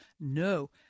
No